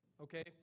okay